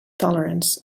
tolerance